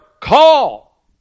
call